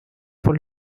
for